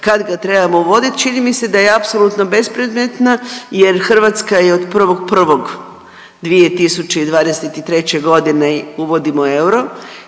kad ga trebamo uvoditi, čini mi se da je apsolutno bespredmetna jer Hrvatska je od 1.1.2023. g. uvodimo euro,